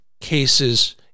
cases